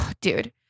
Dude